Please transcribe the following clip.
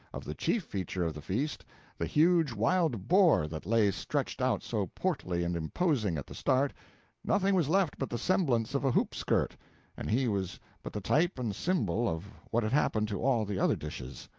of the chief feature of the feast the huge wild boar that lay stretched out so portly and imposing at the start nothing was left but the semblance of a hoop-skirt and he was but the type and symbol of what had happened to all the other dishes.